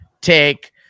take